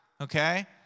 Okay